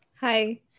hi